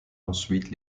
ensuite